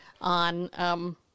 on